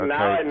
Okay